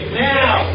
now